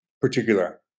particular